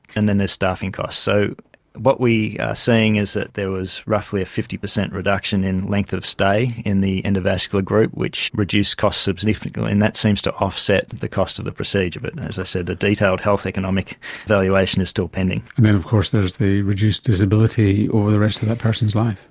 and then there's staffing costs. so what we are seeing is that there was roughly a fifty percent reduction in length of stay in the endovascular group which reduced costs significantly, and that seems to offset the costs of the procedure. but and as i said, a detailed health economic evaluation is still pending. and then of course there's the reduced disability over the rest of that person's life.